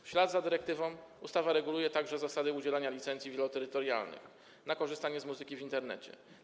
W ślad za dyrektywą ustawa reguluje także zasady udzielania licencji wieloterytorialnych na korzystanie z muzyki w Internecie.